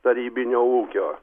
tarybinio ūkio